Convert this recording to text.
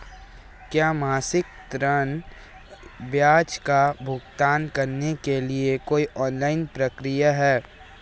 क्या मासिक ऋण ब्याज का भुगतान करने के लिए कोई ऑनलाइन प्रक्रिया है?